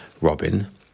Robin